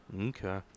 Okay